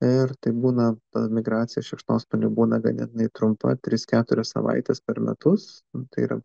ir tai būna ta migracija šikšnosparnių būna ganėtinai trumpa tris keturias savaites per metus tai yra